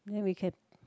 then we cab